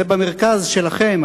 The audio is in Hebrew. זה במרכז שלכם,